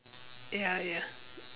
ya ya